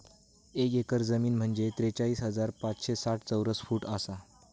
एक एकर जमीन म्हंजे त्रेचाळीस हजार पाचशे साठ चौरस फूट आसा